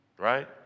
Right